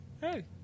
Hey